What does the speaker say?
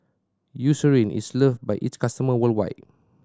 Eucerin is loved by its customer worldwide